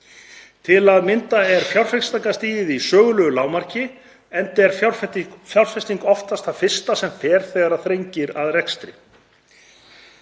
Til að mynda er fjárfestingarstigið í sögulegu lágmarki, enda er fjárfesting oftast það fyrsta sem fer þegar þrengir að í rekstri.